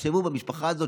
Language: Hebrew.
תחשבו על המשפחה הזו.